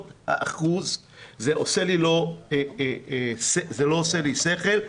זה לא עושה לי שכל.